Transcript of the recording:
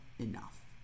enough